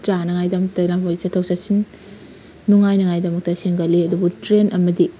ꯆꯥꯅꯉꯥꯏꯒꯤꯗꯃꯛꯇ ꯂꯝꯕꯤ ꯆꯠꯊꯣꯛ ꯆꯠꯁꯤꯟ ꯅꯨꯡꯉꯥꯏꯅꯉꯥꯏꯒꯤꯗꯃꯛꯇ ꯁꯦꯝꯒꯠꯂꯤ ꯑꯗꯨꯕꯨ ꯇ꯭ꯔꯦꯟ ꯑꯃꯗꯤ